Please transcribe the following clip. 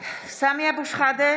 (קוראת בשמות חברי הכנסת) סמי אבו שחאדה,